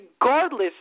regardless